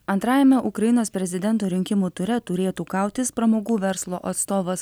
antrajame ukrainos prezidento rinkimų ture turėtų kautis pramogų verslo atstovas